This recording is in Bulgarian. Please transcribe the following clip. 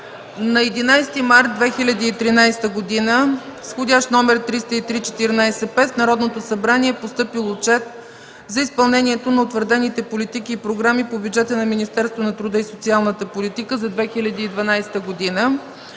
На 11 март 2013 г. с входящ № 303-14-5 в Народното събрание е постъпил Отчет за изпълнението на утвърдените политики и програми по бюджета на Министерството на труда и социалната политика за 2012 г.